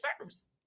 first